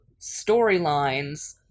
storylines